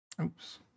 Oops